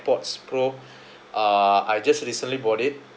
pods pro uh I just recently bought it